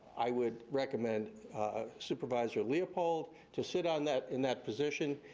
i would recommend ah supervisor leopold to sit on that, in that position,